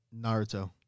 Naruto